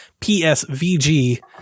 PSVG